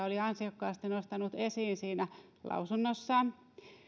oli ansiokkaasti nostanut esiin siinä lausunnossaan